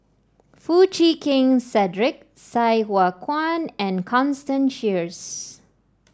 Foo Chee Keng Cedric Sai Hua Kuan and Constance Sheares